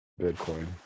bitcoin